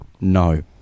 No